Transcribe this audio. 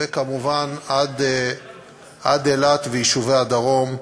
וכמובן עד אילת ויישובי הדרום,